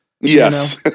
Yes